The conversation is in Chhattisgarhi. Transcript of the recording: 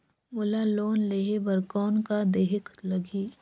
मोला लोन लेहे बर कौन का देहेक लगही?